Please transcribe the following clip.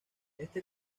este